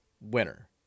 winner